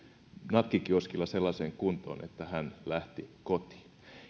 nakkikioskilla sellaiseen kuntoon että hän lähti kotiin